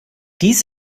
dies